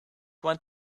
want